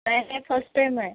नाही नाही first time आहे